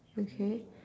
okay